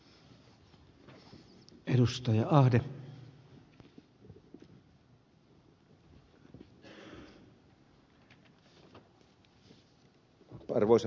arvoisa puhemies